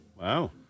Wow